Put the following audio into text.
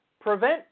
prevent